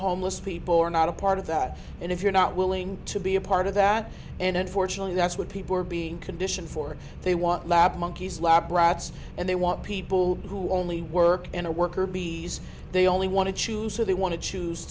homeless people are not a part of that and if you're not willing to be a part of that and unfortunately that's what people are being conditioned for they want lab monkeys lab rats and they want people who only work in a worker bees they only want to choose who they want to choose